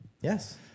Yes